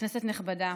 כנסת נכבדה,